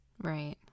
Right